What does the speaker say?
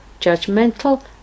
judgmental